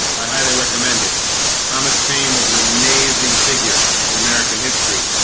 i highly recommend it thomas paine was an amazing figure in american history